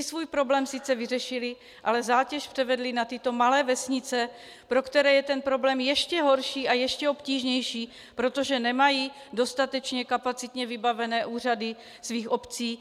Svůj problém si sice vyřešili, ale zátěž převedli na tyto malé vesnice, pro které je ten problém ještě horší a ještě obtížnější, protože nemají dostatečně kapacitně vybavené úřady svých obcí.